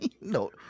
no